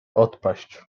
odpaść